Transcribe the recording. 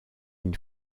une